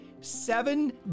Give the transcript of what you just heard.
seven